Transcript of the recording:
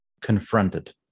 confronted